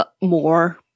more